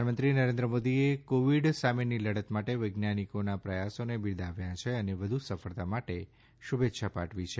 પ્રધાનમંત્રી નરેન્દ્ર મોદીએ કોવિડ સામેની લડત માટે વૈજ્ઞાનિકોના પ્રથાસોને બિરદાવ્યા છે અને વધુ સફળતા માટે શુભેચ્છાઓ પાઠવી છે